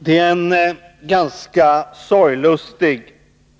Det är en ganska sorglustig